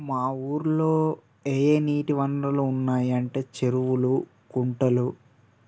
మా ఊరిలో ఏయే నీటి వనరులు ఉన్నాయంటే చెరువులు కుంటలు